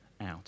out